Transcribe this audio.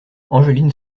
angeline